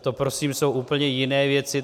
To prosím jsou úplně jiné věci.